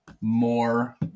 more